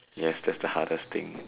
yes that's the hardest thing